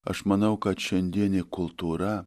aš manau kad šiandienė kultūra